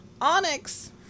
Onyx